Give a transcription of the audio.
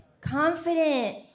confident